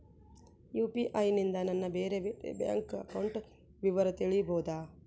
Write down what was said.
UPI ನಿಂದ ನನ್ನ ಬೇರೆ ಬೇರೆ ಬ್ಯಾಂಕ್ ಅಕೌಂಟ್ ವಿವರ ತಿಳೇಬೋದ?